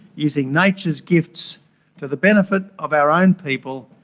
using nature's gifts to the benefit of our own people,